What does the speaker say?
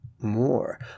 more